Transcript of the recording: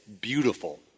beautiful